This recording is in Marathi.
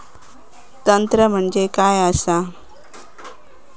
तंत्र म्हणजे काय असा?